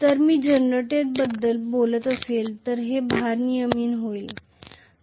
जर मी जनरेटरबद्दल बोलत असेल तर हे भारनियमन होईल